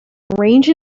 range